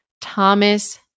Thomas